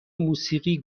موسیقی